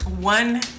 One